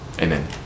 Amen